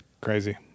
Crazy